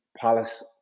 Palace